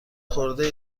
خورده